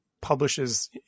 publishes